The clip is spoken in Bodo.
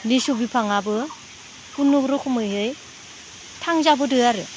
लिसु बिफाङाबो खुनुरोखोमैहै थांजाबोदो आरो